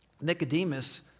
Nicodemus